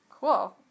Cool